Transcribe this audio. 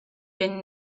been